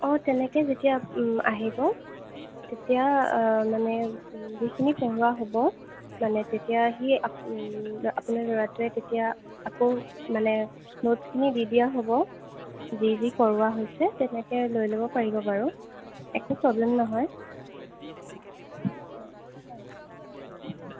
অঁ তেনেকে যেতিয়া আহিব তেতিয়া মানে যিখিনি পঢ়োৱা হ'ব মানে তেতিয়া আহিয়ে আপ আপোনাৰ ল'ৰাটোৱে তেতিয়া আকৌ মানে নোটছখিনি দি দিয়া হ'ব যি যি কৰোৱা হৈছে তেনেকে লৈ ল'ব পাৰিব বাৰু একো প্ৰব্লেম নহয় হয় হয় হয় হয়